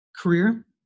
career